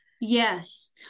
Yes